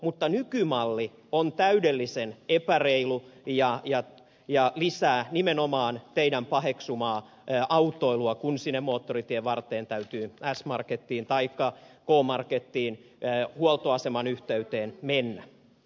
mutta nykymalli on täydellisen epäreilu ja lisää nimenomaan teidän paheksumaanne autoilua kun sinne moottoritien varteen täytyy s markettiin taikka k markettiin huoltoaseman yhteyteen mennä